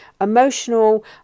Emotional